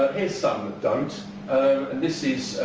some that don't, and this is,